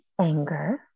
anger